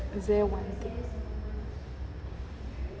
is there one thing